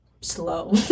slow